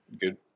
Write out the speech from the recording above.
Good